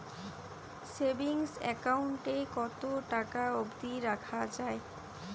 Savings account এ কতো টাকা অব্দি রাখা যায়?